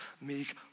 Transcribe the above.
meek